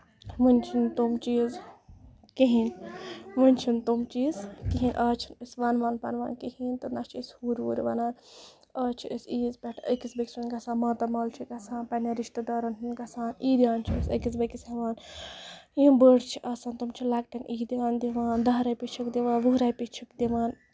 وۄنۍ چھِ نہٕ تِم چیٖز کہیٖنۍ وۄنۍ چھِ نہٕ تِم چیٖز کِہینۍ آز چھِ نہٕ أسۍ وَنون پَنوان کِہینۍ تہٕ نہ چھِ أسۍ ہُرۍ وُرۍ وَنان آز چھِ أسۍ عیٖز پٮ۪ٹھ أکِس بیٚیہِ کہِ سُند گژھان ماتامال چھِ گژھان پَنٕنین رِشتِدارَن ہُند گژھان عیٖدیان چھِ أسۍ أکِس بیٚیہِ کِس ہیوان یِم بٔڑ چھِ آسان تِم چھِ لۄکٹین عیٖدیانہٕ دِوان دہ رۄپییہِ چھِکھ دِوان وُہ رۄپییہِ چھِکھ دِوان